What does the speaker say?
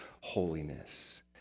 holiness